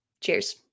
Cheers